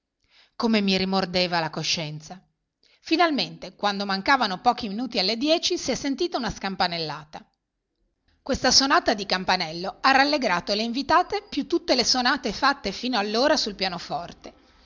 come mi rimordeva la coscienza finalmente quando mancavano pochi minuti alle dieci si è sentito una scampanellata questa sonata di campanello ha rallegrato le invitate più di tutte le sonate fatte fino allora sul pianoforte